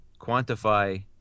quantify